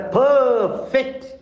perfect